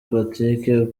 patrick